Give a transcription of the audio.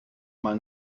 mal